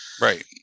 Right